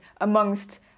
amongst